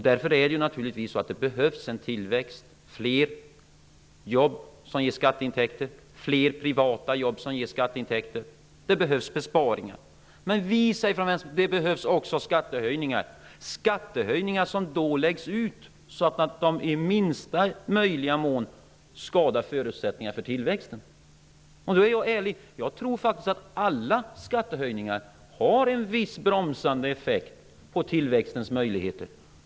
Därför behövs det naturligtvis tillväxt. Det behövs fler privata jobb som ger skatteintäkter, och det behövs besparingar. Men vi säger från Vänsterpartiet att det behövs också skattehöjningar, som då läggs ut så att de i minsta möjliga mån skadar förutsättningar för tillväxten. Nu är jag ärlig. Jag tror faktiskt att alla skattehöjningar har en viss bromsande effekt på tillväxtens möjligheter.